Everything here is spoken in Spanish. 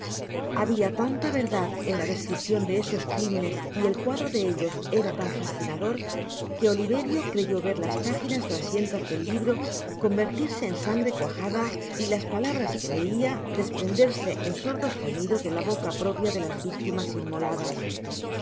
habia tanta verdad en la descripcion de esos crimenes y el cuadro de ellos era tan fascinador que oliverio creyó ver tas páginas grasientas del libro convertirse en sangre cuajada y á las palabras que leia desprenderse en sordos gemidos de la boca propia do las victimas inmoladas en